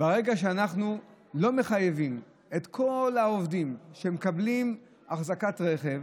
ברגע שאנחנו לא מחייבים את כל העובדים שמקבלים אחזקת רכב,